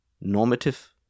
normative